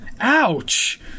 ouch